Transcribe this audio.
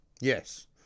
Yes